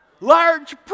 large